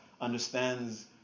understands